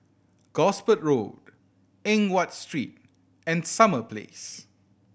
Gosport Road Eng Watt Street and Summer Place